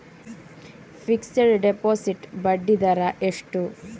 Fixed deposit ಬಡ್ಡಿ ದರ ಎಷ್ಟು?